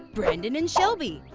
brandon and shelby.